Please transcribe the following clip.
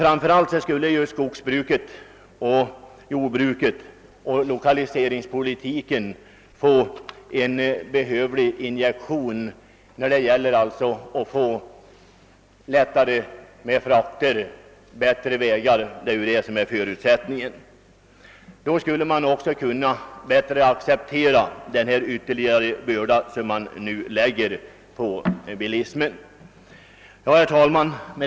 Framför allt skulle skogsoch jordbruket och lokaliseringspolitiken få en behövlig injektion genom att frakterna underlättades. Då skulle man också bättre kunna acceptera den ytterligare börda som nu läggs på bilismen. Herr talman!